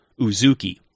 Uzuki